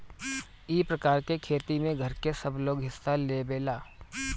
ई प्रकार के खेती में घर के सबलोग हिस्सा लेवेला